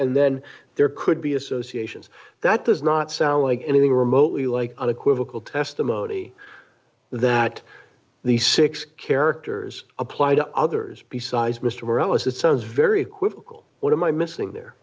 and then there could be associations that does not sound like anything remotely like unequivocal testimony that these six characters apply to others besides mr ellis it sounds very equivocal what am i missing there